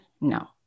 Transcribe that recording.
No